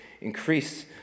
increase